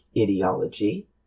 ideology